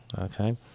okay